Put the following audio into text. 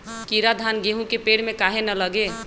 कीरा धान, गेहूं के पेड़ में काहे न लगे?